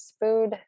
food